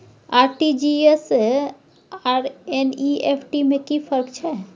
RTG S आर NEFT में कि फर्क छै?